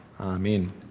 Amen